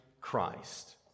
Christ